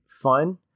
fun